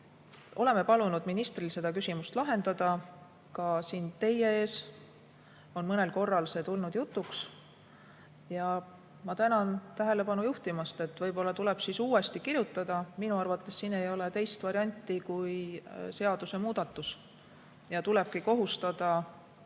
Oleme palunud ministril seda küsimust lahendada. Ka siin teie ees on mõnel korral see tulnud jutuks. Ma tänan tähelepanu juhtimast. Võib-olla tuleb uuesti kirjutada. Minu arvates siin ei ole teist varianti kui muuta seadust. Tulebki kohustada